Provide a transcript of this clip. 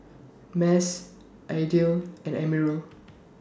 Mas Aidil and Amirul